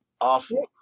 awful